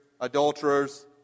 adulterers